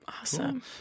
Awesome